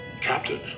Captain